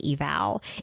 eval